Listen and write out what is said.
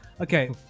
okay